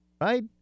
Right